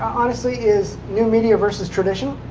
honestly, is new media versus traditional.